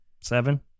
seven